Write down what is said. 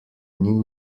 new